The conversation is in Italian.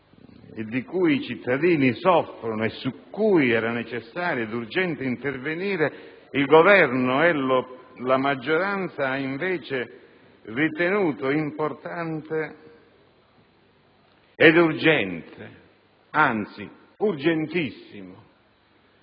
di cui i cittadini soffrono e su cui era necessario ed urgente intervenire, il Governo e la maggioranza hanno invece ritenuto importante ed urgente, anzi urgentissimo,